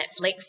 Netflix